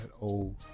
old